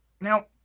Now